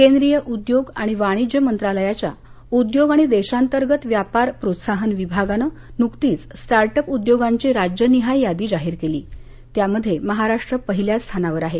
केंद्रीय उद्योग आणि वाणिज्य मंत्रालयाच्या उद्योग आणि देशांतर्गत व्यापार प्रोत्साहन विभागानं नुकतीच स्टार्टअप उद्योगांची राज्यनिहाय यादी जाहीर केली त्यामध्ये महाराष्ट्र पहिल्या स्थानावर आहे